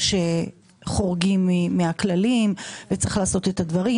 שחורגים מהכללים וצריך לעשות את הדברים,